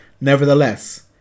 Nevertheless